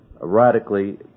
radically